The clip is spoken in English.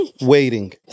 waiting